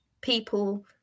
people